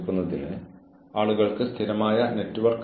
കൂടാതെ അത് ചെയ്യാൻ പാടില്ല